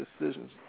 decisions